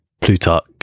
Plutarch